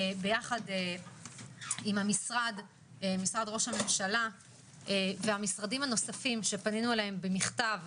ביחד עם משרד ראש הממשלה והמשרדים הנוספים שפנינו אליהם במכתב,